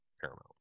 Paramount